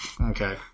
Okay